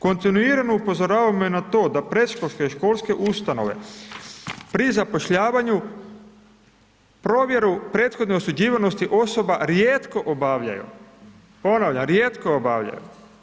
Kontinuirano upozoravamo i na to da predškolske i školske ustanove pri zapošljavanju provjeru prethodno osuđivanosti osoba rijetko obavljaju, ponavljam rijetko obavljaju.